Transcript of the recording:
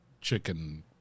chicken